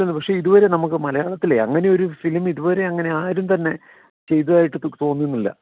പക്ഷെ ഇതുവരെ നമുക്ക് മലയാളത്തിൽ അങ്ങനെയൊരു ഫിലിം ഇതുവരെ അങ്ങനെ ആരും തന്നെ ചെയ്തതായിട്ട് തോന്നുന്നില്ല